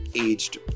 aged